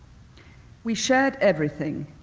we shared everything,